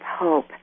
hope